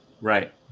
Right